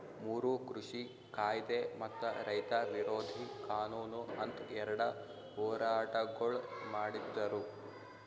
ಮೂರು ಕೃಷಿ ಕಾಯ್ದೆ ಮತ್ತ ರೈತ ವಿರೋಧಿ ಕಾನೂನು ಅಂತ್ ಎರಡ ಹೋರಾಟಗೊಳ್ ಮಾಡಿದ್ದರು